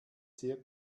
sehr